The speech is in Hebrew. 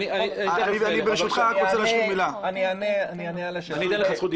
אני אענה על השאלה.